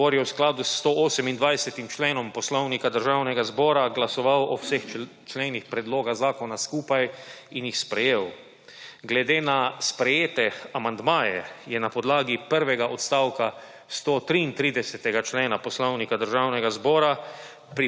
Odbor je v skladu s 128. členom Poslovnika Državnega zbora glasoval o vseh členih predloga zakona skupaj in jih sprejel. Glede na sprejete amandmaje je na podlagi prvega odstavka 133. člena Poslovnika Državnega zbora